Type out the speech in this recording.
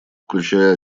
включая